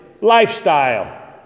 lifestyle